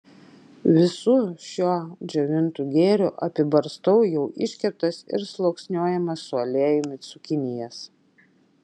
visu šiuo džiovintu gėriu apibarstau jau iškeptas ir sluoksniuojamas su aliejumi cukinijas